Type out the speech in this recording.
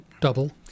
Double